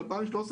ב-2013,